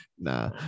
Nah